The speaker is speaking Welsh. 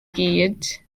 gyd